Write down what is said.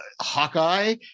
Hawkeye